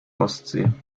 ostsee